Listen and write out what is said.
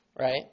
Right